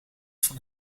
van